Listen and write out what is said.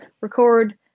record